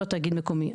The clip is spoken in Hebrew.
לא תאגיד מקומי.